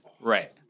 right